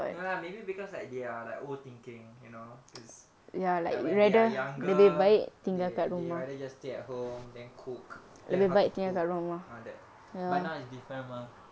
no lah maybe because like they are like old thinking you know it's like when they are younger they they rather just stay at home then cook learn how to cook ah that but now is different mah